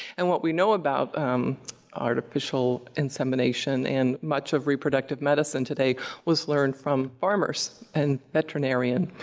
and, what we know about artificial insemination and much of reproductive medicine today was learned from farmers and veterinarian